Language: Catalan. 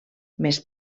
més